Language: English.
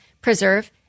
preserve